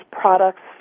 products